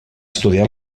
estudiar